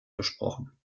gesprochen